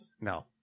No